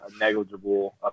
negligible